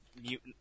mutant